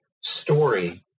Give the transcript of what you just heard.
story